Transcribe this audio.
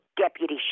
deputy